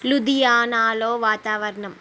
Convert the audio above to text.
లూధియానాలో వాతావరణం